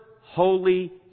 holy